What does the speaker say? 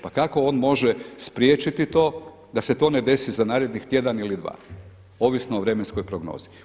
Pa kako on može spriječiti to da se to ne desi za narednih tjedan ili dva, ovisno o vremenskoj prognozi.